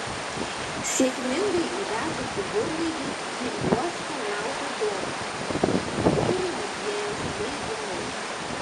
sėkmingai įvedusių burlaivį į uostą laukia dovanos jūrų muziejaus leidiniai